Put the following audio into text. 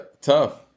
tough